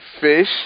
fish